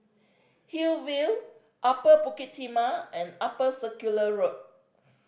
Hillview Upper Bukit Timah and Upper Circular Road